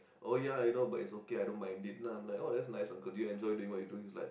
oh ya you know but it's okay I don't mind it then I'm like oh that's nice uncle do you enjoy doing what you do then he's like